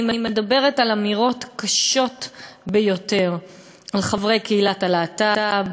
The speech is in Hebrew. אני מדברת על אמירות קשות ביותר על חברי קהילת הלהט"ב,